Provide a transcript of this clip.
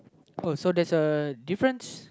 oh so there's a difference